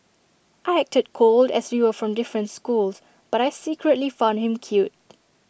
I acted cold as you were from different schools but I secretly found him cute